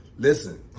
Listen